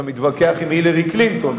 אתה מתווכח עם הילרי קלינטון.